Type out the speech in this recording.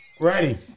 Ready